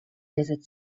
desert